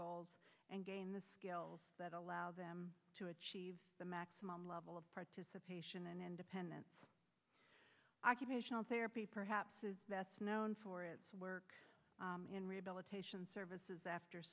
goals and gain the skills that allow them to achieve the maximum level of participation in independent occupational therapy perhaps best known for its work in rehabilitation services after